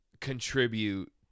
contribute